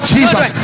Jesus